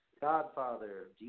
Godfather